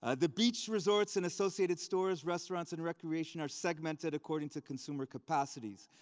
ah the beach resorts and associated stores, restaurants, and recreation are segmented according to consumer capacities.